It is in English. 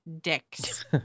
Dicks